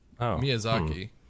Miyazaki